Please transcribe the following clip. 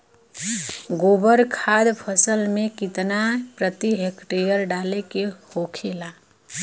गोबर खाद फसल में कितना प्रति हेक्टेयर डाले के होखेला?